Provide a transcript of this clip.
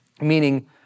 Meaning